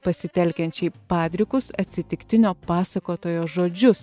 pasitelkiančiai padrikus atsitiktinio pasakotojo žodžius